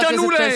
מה תענו להם?